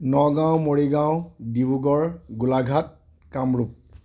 Nagaon Morigaon Dibrugarh Golaghat Kamrup